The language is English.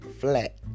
flat